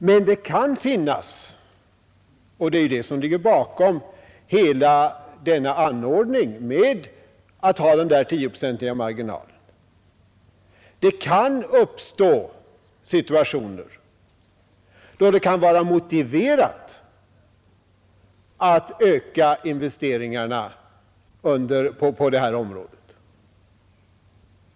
Men det kan uppstå situationer — det är detta som ligger bakom anordningen med den 10-procentiga marginalen — då det kan vara motiverat att öka investeringarna på det här området.